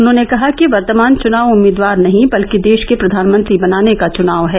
उन्होंने कहा कि वर्तमान चुनाव उम्मीदवार नही बल्कि देश के प्रधानमंत्री बनाने का चुनाव है